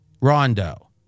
Rondo